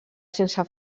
sense